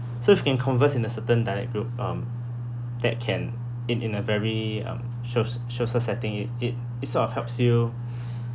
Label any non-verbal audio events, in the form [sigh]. so if you can converse in a certain dialect group um that can in in a very um social social setting it it it sort of helps you [breath]